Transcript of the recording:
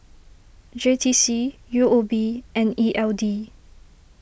J T C U O B and E L D